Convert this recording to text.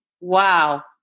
Wow